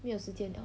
没有时间了